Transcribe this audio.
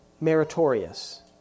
meritorious